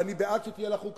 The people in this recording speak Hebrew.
ואני בעד שתהיה לה חוקה,